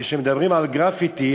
כשמדברים על גרפיטי,